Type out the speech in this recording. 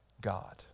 God